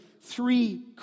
three